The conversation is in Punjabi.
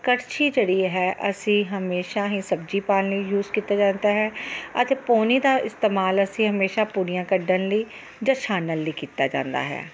ਕੜਛੀ ਜਿਹੜੀ ਹੈ ਅਸੀਂ ਹਮੇਸ਼ਾ ਹੀ ਸਬਜ਼ੀ ਪਾਉਣ ਲਈ ਯੂਜ ਕੀਤਾ ਜਾਂਦਾ ਹੈ ਅਤੇ ਪੋਣੀ ਦਾ ਇਸਤੇਮਾਲ ਅਸੀਂ ਹਮੇਸ਼ਾ ਪੂਰੀਆਂ ਕੱਢਣ ਲਈ ਜਾਂ ਛਾਨਣ ਲਈ ਕੀਤਾ ਜਾਂਦਾ ਹੈ